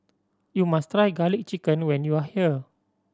you must try Garlic Chicken when you are here